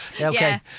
Okay